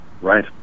Right